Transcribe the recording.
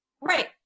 Right